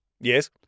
Yes